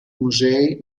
musei